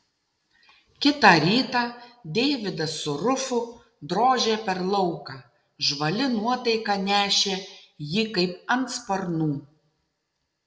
kitą rytą deividas su rufu drožė per lauką žvali nuotaika nešė jį kaip ant sparnų